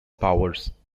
powers